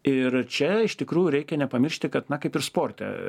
ir čia iš tikrųjų reikia nepamiršti kad na kaip ir sporte